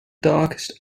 darkest